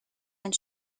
and